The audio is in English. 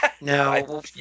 No